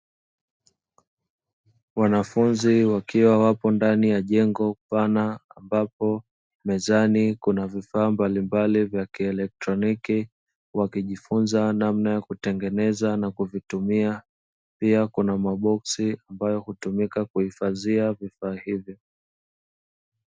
Wanafunzi wakiwa wapo ndani ya jengo pana ambapo mezani kuna vifaa mbalimbali vya kielekroniki wakijifunza namna ya kutengeneza na kuvitumia, pia kuna maboksi ambayo hutumika kuhifadhia vifaa hivyo.